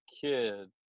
kid